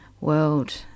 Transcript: world